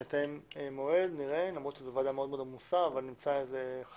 נתאם מועד למרות שזו ועדה מאוד מאוד עמוסה אבל נמצא זמן.